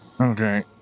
Okay